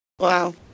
Wow